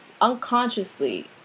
unconsciously